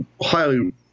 highly